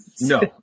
No